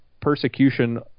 persecution